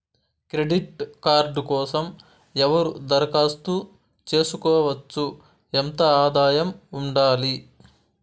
Credit card కోసం ఎవరు దరఖాస్తు చేసుకోవచ్చు? ఎంత ఆదాయం ఉండాలి?